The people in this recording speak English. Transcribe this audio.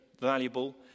valuable